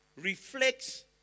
reflects